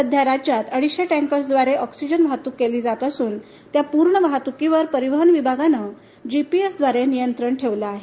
सध्या राज्यात अडीचशे टैंकरद्वारे अॅक्सिजन वाहतूक केली जात असून त्या पूर्ण वाहतुकीवर परिवहन विभागाने जीपीएसद्वारे नियंत्रण ठेवले आहे